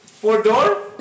Four-Door